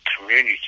community